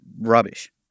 rubbish